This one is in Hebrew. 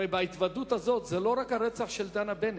הרי ההתוודות הזאת, זה לא רק הרצח של דנה בנט,